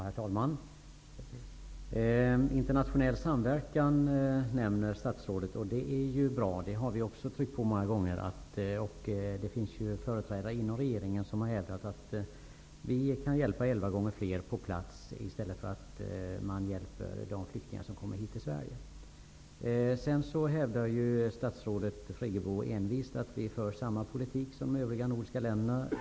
Herr talman! Statsrådet nämner internationell samverken. Det är ju bra. Vi har också många gånger tryckt på om detta. Det finns ju företrädare inom regeringen som har hävdat att vi kan hjälpa elva gånger fler på plats i stället för att hjälpa de flyktingar som kommer hit till Sverige. Statsrådet Friggebo hävdar envist att vi för samma politik som övriga nordiska länder.